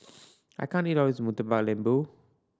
I can't eat of this Murtabak Lembu